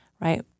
right